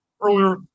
earlier